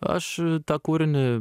aš tą kūrinį